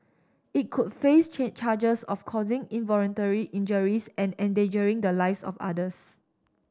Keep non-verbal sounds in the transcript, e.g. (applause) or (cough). it could face (unintelligible) charges of causing involuntary injuries and endangering the lives of others